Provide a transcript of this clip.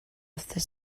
after